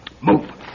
Move